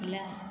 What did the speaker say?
लै